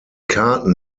karten